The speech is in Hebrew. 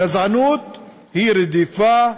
גזענות היא "רדיפה,